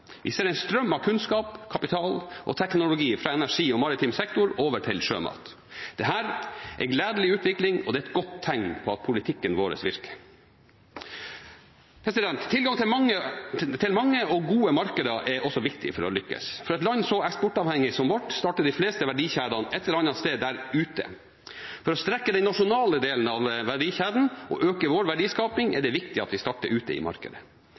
Vi ser en strøm av kunnskap, kapital og teknologi fra energi- og maritim sektor over til sjømat. Dette er en gledelig utvikling og et godt tegn på at politikken vår virker. Tilgang til mange og gode markeder er også viktig for å lykkes. For et land så eksportavhengig som vårt starter de fleste verdikjedene et eller annet sted der ute. For å strekke den nasjonale delen av verdikjeden og øke vår verdiskaping er det viktig at vi starter ute i markedet.